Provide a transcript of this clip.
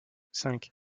cinq